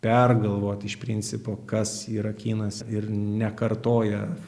pergalvoti iš principo kas yra kinas ir nekartoja